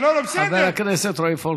רועי, חבר הכנסת רועי פולקמן.